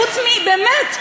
חוץ מבאמת,